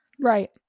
right